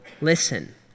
listen